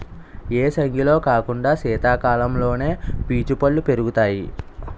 ఏసంగిలో కాకుండా సీతకాలంలోనే పీచు పల్లు పెరుగుతాయి